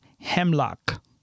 hemlock